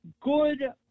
Good